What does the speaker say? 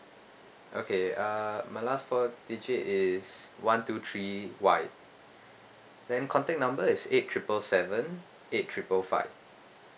okay uh my last four digit is one two three Y then contact number is eight triple seven eight triple five